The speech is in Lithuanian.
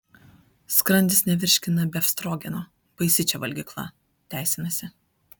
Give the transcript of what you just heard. skrandis nevirškina befstrogeno baisi čia valgykla teisinasi